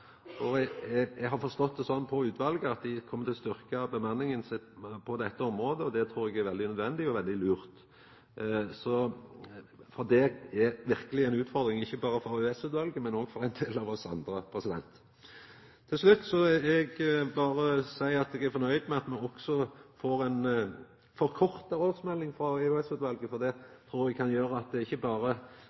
Eg har forstått det sånn på utvalet at dei kjem til å styrkja bemanninga på dette området, og det trur eg er veldig nødvendig og veldig lurt, for det er verkeleg ei utfordring, ikkje berre for EOS-utvalet, men òg for ein del av oss andre. Til slutt vil eg berre seia at eg er fornøgd med at me òg får ei forkorta årsmelding frå EOS-utvalet, for det trur eg kan gjera at det ikkje berre